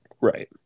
Right